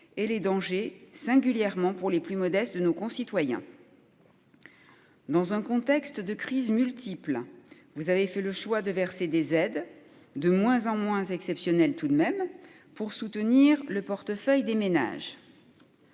et les dangers, singulièrement pour les plus modestes de nos concitoyens. Dans un contexte de crises multiples, vous avez fait le choix de verser des aides, qui sont tout de même de moins en moins exceptionnelles, pour soutenir le portefeuille des ménages.